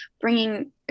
bringing